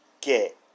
get